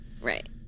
Right